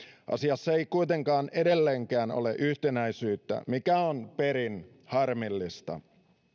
asiassa ei kuitenkaan edelleenkään ole yhtenäisyyttä mikä on perin harmillista